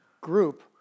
group